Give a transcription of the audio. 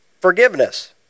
Forgiveness